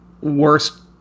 worst